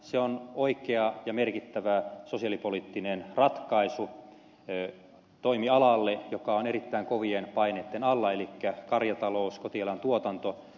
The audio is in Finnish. se on oikea ja merkittävä sosiaalipoliittinen ratkaisu toimialalla joka on erittäin kovien paineitten alla elikkä karjataloudessa kotieläintuotannossa